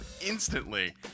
instantly